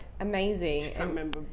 amazing